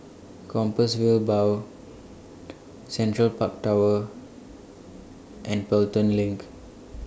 Compassvale Bow Central Park Tower and Pelton LINK